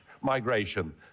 migration